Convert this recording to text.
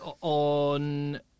on